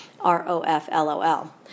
R-O-F-L-O-L